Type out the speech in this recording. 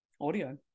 audio